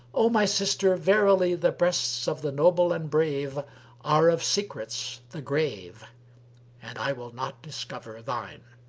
o my sister, verily the breasts of the noble and brave are of secrets the grave and i will not discover shine.